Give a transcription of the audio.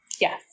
Yes